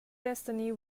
destiny